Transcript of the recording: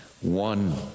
One